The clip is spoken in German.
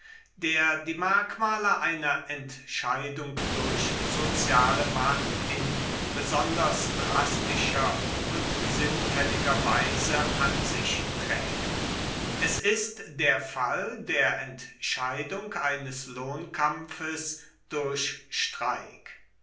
der die merkmale einer entscheidung durch soziale macht in besonders drastischer und sinnfälliger weise an sich trägt es ist der fall der entscheidung eines lohnkampfes durch streik